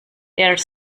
there